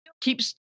keeps